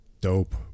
dope